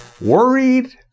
worried